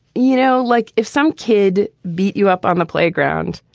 you know, like, if some kid beat you up on the playground,